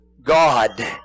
God